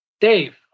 Dave